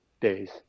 days